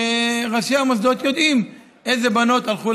וראשי המוסדות יודעים איזה בנות הלכו